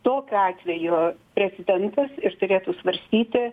tokiu atveju prezidentas ir turėtų svarstyti